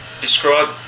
Describe